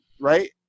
right